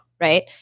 right